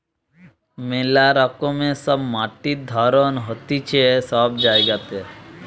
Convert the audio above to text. মেলা রকমের সব মাটির ধরণ হতিছে সব জায়গাতে